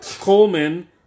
Coleman